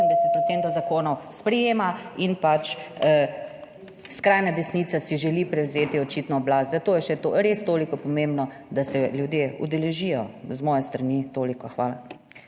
zakonov sprejema in pač skrajna desnica si želi prevzeti očitno oblast, zato je res toliko pomembno, da se ljudje udeležijo z moje strani, toliko, hvala.